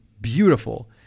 beautiful